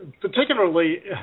particularly